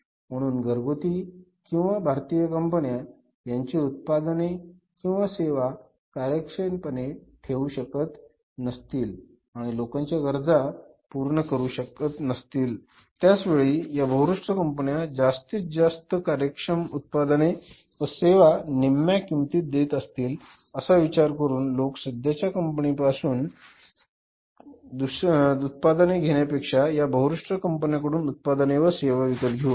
म्हणून घरगुती किंवा भारतीय कंपन्या त्यांचे उत्पादने किंवा सेवा कार्यक्षम पणे देऊ शकत नसतील आणि लोकांच्या गरजा पूर्ण करू शकत नसतील त्याच वेळी या बहुराष्ट्रीय कंपन्या जास्त कार्यक्षम उत्पादने व सेवा निम्म्या किमतीत देत असतील असा विचार करून लोक सध्याच्या कंपनीपासून कडून उत्पादने घेण्यापेक्षा या बहुराष्ट्रीय कंपन्यांकडून उत्पादने व सेवा विकत घेऊ लागले